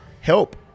help